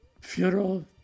funeral